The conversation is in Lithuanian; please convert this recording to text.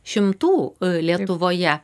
šimtų lietuvoje